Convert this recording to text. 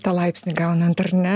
tą lapsnį gaunant ar ne